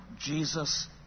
Jesus